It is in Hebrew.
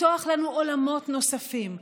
לפתוח לנו עולמות נוספים,